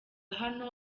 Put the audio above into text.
hano